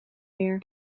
meer